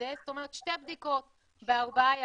בשדה זאת אומרת, שתי בדיקות בארבעה ימים.